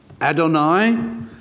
Adonai